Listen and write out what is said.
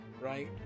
right